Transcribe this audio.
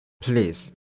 please